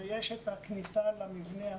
ויש את הכניסה למבנה עצמו.